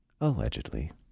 allegedly